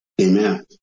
Amen